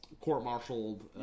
court-martialed